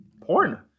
porn